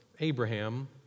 Abraham